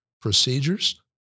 procedures